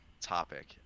topic